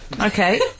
Okay